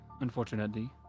unfortunately